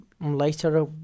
later